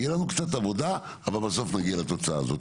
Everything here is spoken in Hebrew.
תהיה לנו קצת עבודה אבל בסוף נגיע לתוצאה הזאת.